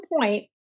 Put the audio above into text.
point